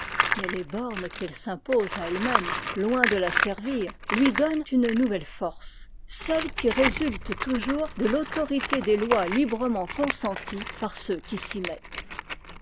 mais les bornes qu'elle s'impose à elle-même loin de l'asservir lui donnent une nouvelle force cette qui résulte toujours de l'autorité des lois librement consenties par ceux qui s'y mettent